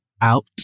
out